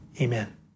amen